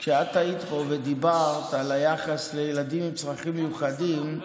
כשאת היית פה ודיברת על היחס לילדים עם צרכים מיוחדים,